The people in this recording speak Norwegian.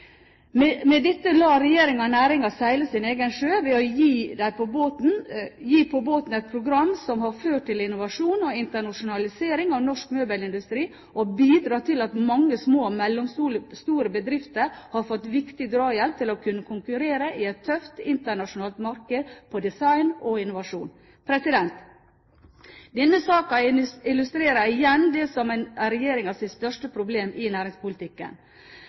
Med dette lar regjeringen næringen seile sin egen sjø, ved å gi på båten et program som har ført til innovasjon og internasjonalisering av norsk møbelindustri og bidratt til at mange små og mellomstore bedrifter har fått viktig drahjelp for å kunne konkurrere i et tøft internasjonalt marked på design og innovasjon. Denne saken illustrerer igjen det som er regjeringens største problem i næringspolitikken.